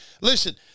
Listen